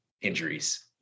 injuries